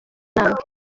nama